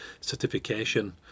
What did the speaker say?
certification